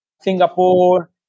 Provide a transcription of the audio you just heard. Singapore